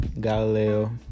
Galileo